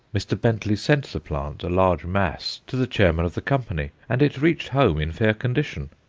mr. bentley sent the plant, a large mass to the chairman of the company, and it reached home in fair condition.